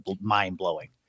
mind-blowing